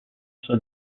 sua